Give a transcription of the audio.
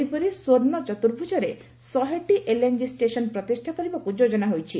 ସେହିପରି ସ୍ୱର୍ଷ୍ଣ ଚତୁର୍ଭୁଜରେ ଶହେଟି ଏଲ୍ଏନ୍ଜି ଷ୍ଟେସନ୍ ପ୍ରତିଷ୍ଠା କରିବାକୁ ଯୋଜନା ହୋଇଛି